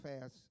Fast